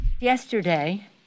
Yesterday